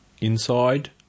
inside